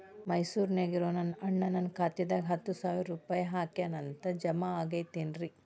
ಮೈಸೂರ್ ನ್ಯಾಗ್ ಇರೋ ನನ್ನ ಅಣ್ಣ ನನ್ನ ಖಾತೆದಾಗ್ ಹತ್ತು ಸಾವಿರ ರೂಪಾಯಿ ಹಾಕ್ಯಾನ್ ಅಂತ, ಜಮಾ ಆಗೈತೇನ್ರೇ?